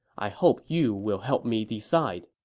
i hope you will help me decide.